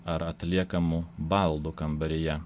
ar atliekamu baldu kambaryje